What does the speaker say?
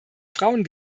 frauen